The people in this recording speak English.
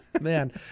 Man